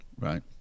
Right